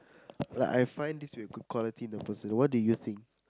like a find this will be a good quality in a person what do you think